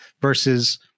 versus